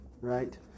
right